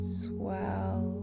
swell